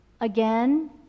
again